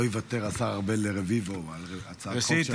ראשית,